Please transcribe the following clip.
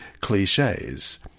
cliches